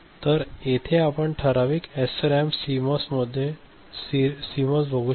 तर येथे आपण ठराविक एसआरएएम सीमॉस बघू शकतो